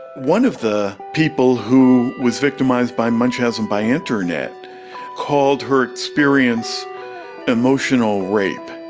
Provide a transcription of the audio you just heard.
one of the people who was victimised by munchausen by internet called her experience emotional rape,